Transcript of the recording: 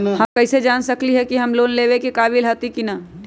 हम कईसे जान सकली ह कि हम लोन लेवे के काबिल हती कि न?